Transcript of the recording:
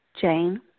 Jane